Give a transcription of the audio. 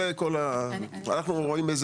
אלה כל ההערות שלנו.